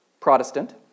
Protestant